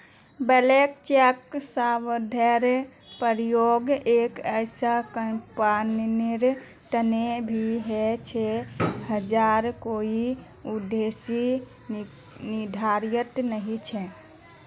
blank cheque शब्देर प्रयोग एक ऐसा कंपनीर तने भी ह छे जहार कोई उद्देश्य निर्धारित नी छ